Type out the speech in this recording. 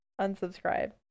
Unsubscribe